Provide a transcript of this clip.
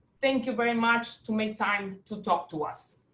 thank you very much to make time to talk to us.